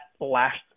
last